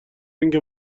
اینکه